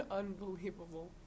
unbelievable